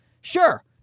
Sure